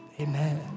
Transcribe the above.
amen